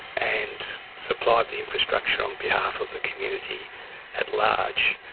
and supplied the infrastructure on behalf of the community at large.